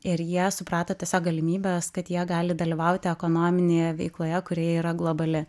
ir jie suprato tiesiog galimybės kad jie gali dalyvauti ekonominėje veikloje kuri yra globali